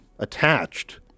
attached